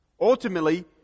Ultimately